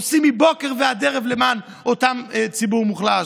עושים מבוקר עד ערב למען אותו ציבור מוחלש.